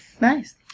Nice